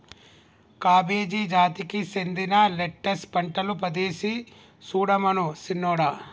cabbage జాతికి సెందిన lettuce పంటలు పదేసి సుడమను సిన్నోడా